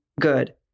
good